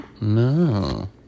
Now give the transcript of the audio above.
No